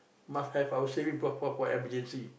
must have our saving for emergency